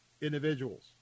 individuals